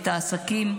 את העסקים,